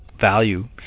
value